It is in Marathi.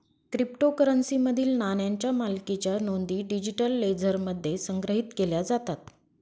क्रिप्टोकरन्सीमधील नाण्यांच्या मालकीच्या नोंदी डिजिटल लेजरमध्ये संग्रहित केल्या जातात